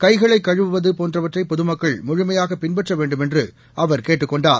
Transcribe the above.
கை களை கழுவுவது போன்றவற்றை பொதுமக்கள் முழுமையாக பின்பற்ற வேண்டுமென்று அவர் கேட்டுக் கொண்டார்